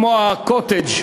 כמו הקוטג'